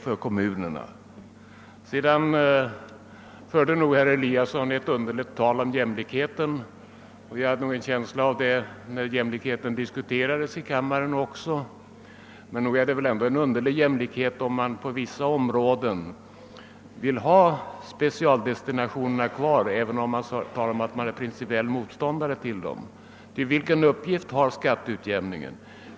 Herr Eliasson förde ett underligt resonemang om jämlikhet. Nog är det egendomligt att man vill ha kvar specialdestinationer på vissa områden fastän man är principiell motståndare till specialdestination. Vilken uppgift har skatteutjämningen?